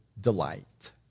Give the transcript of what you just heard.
delight